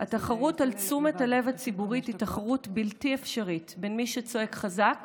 התחרות על תשומת הלב הציבורית היא תחרות בלתי אפשרית בין מי שצועק חזק